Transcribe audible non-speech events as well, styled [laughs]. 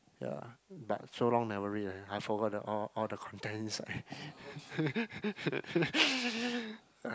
ya but so long never read already I forgot the all all the content inside [laughs]